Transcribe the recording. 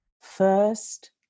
first